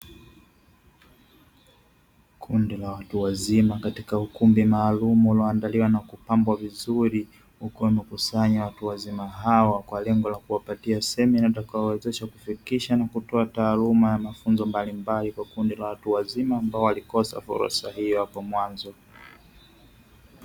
Kundi la watu wazima katika ukumbi maalumu ulioandaliwa na kupambwa vizuri huko wamekusanya watu wazima hao kwa lengo la kuwapatia semina itayowawezesha kufikisha na kutoa taaluma ya mafunzo mbalimbali kwa kundi la watu wazima ambao walikosa fursa hiyo hapo mwanzo.